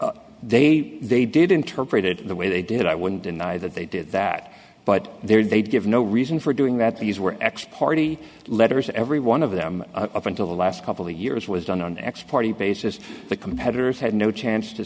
they they did interpret it the way they did i wouldn't deny that they did that but there is they give no reason for doing that these were x letters every one of them up until the last couple of years was done on x party basis the competitors had no chance to